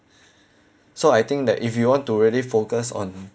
so I think that if you want to really focus on